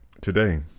today